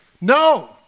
No